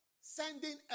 sending